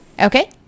Okay